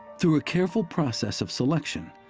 through a careful process of selection,